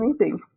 Amazing